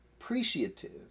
appreciative